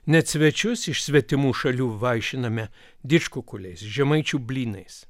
net svečius iš svetimų šalių vaišiname didžkukuliais žemaičių blynais